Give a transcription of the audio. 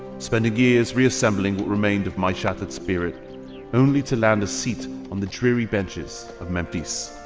spending years reassembling what remained of my shattered spirit only to land a seat on the dreary benches of memphis.